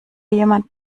jemand